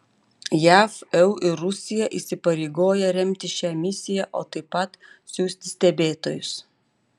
jav eu ir rusija įsipareigoja remti šią misiją o taip pat siųsti stebėtojus